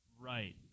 Right